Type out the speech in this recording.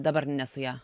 dabar ne su ja